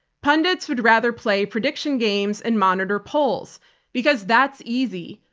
pundits would rather play prediction games and monitor polls because that's easy,